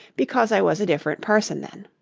because i was a different person then